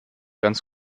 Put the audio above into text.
ganz